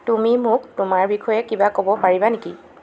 তুমি মোক তোমাৰ বিষয়ে কিবা ক'ব পাৰিবা নেকি